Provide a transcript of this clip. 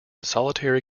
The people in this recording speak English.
solitary